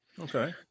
okay